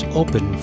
open